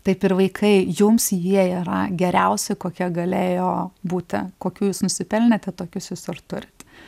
taip ir vaikai jums jie yra geriausi kokie galėjo būti kokių jūs nusipelnėte tokius jūs ir turit